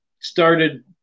started